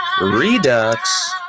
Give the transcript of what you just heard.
Redux